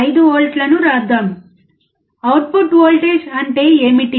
5 వోల్ట్లు వ్రాద్దాం output voltage అంటే ఏమిటి